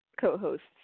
co-hosts